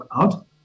out